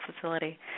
facility